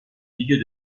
milieu